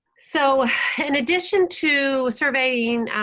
so in addition to surveying